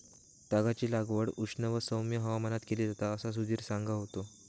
तागाची लागवड उष्ण व सौम्य हवामानात केली जाता असा सुधीर सांगा होतो